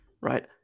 right